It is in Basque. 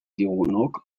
diogunok